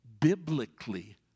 Biblically